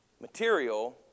material